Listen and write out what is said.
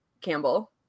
Campbell